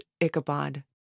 Ichabod